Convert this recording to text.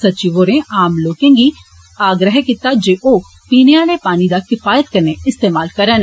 सचिव होरें आम लोकें गी आग्रह कीता जे ओ पीने आले पानी दा किफायत कन्नै इस्तेमाल करन